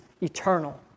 eternal